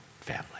family